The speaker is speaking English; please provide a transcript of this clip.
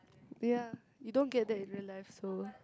ya you don't get that in real life so